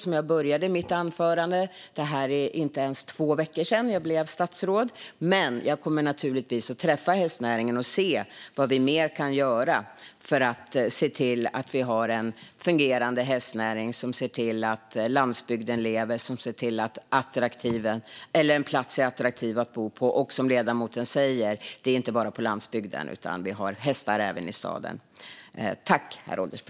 Som jag började mitt anförande med att säga är det inte ens två veckor sedan jag blev statsråd, men jag kommer naturligtvis att träffa hästnäringen och se vad vi mer kan göra för att se till att vi har en fungerande hästnäring som gör att landsbygden lever och att en plats är attraktiv att bo på. Och som ledamoten säger gäller detta inte bara landsbygden, utan vi har hästar även i staden.